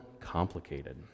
complicated